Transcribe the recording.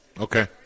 Okay